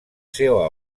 seua